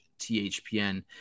THPN